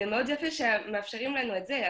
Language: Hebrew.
זה מאוד יפה שמאפשרים לנו את זה,